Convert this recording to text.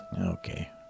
Okay